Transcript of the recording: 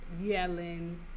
yelling